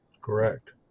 Correct